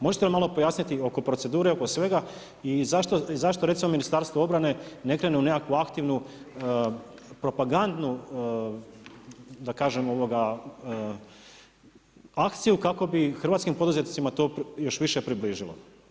Možete li malo pojasniti oko procedure oko svega i zašto recimo Ministarstvo obrane ne krene u nekakvu aktivnu propagandnu akciju kako bi hrvatskim poduzetnicima to još više približilo?